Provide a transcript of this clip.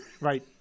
right